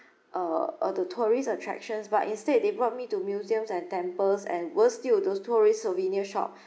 uh all the tourist attractions but instead they brought me to museums and temples and worse still those tourist souvenir shop